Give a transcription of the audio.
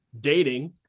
dating